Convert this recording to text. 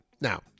Now